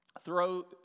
throw